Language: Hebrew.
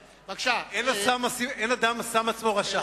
אין אדם שם עצמו רשע.